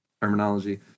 terminology